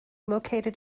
located